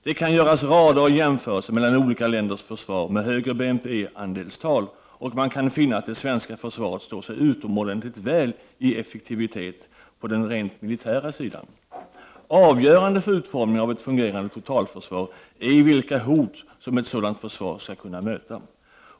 Det kan göras rader av jämförelser mellan olika länders försvar med högre BNP-andelstal, och man kan finna att det svenska försvaret står sig utomordentligt väl i effektivitet på den rent militära sidan. Avgörande för utformningen av ett fungerande totalförsvar är vilka hot som ett sådant försvar skall kunna möta.